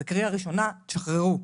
זאת קריאה ראשונה, תשחררו.